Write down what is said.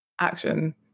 action